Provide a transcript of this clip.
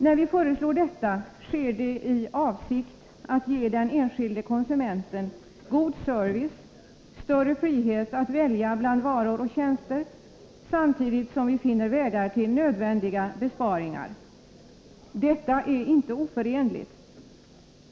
När vi föreslår detta, sker det i avsikt att ge den enskilde konsumenten god service och större frihet att välja bland varor och tjänster samtidigt som vi finner vägar till nödvändiga besparingar. Detta är inte oförenligt.